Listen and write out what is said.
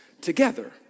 together